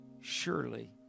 surely